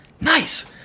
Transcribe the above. Nice